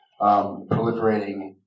proliferating